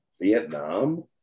Vietnam